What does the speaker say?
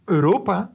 Europa